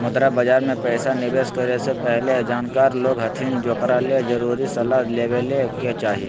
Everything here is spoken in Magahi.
मुद्रा बाजार मे पैसा निवेश करे से पहले जानकार लोग हथिन ओकरा से जरुर सलाह ले लेवे के चाही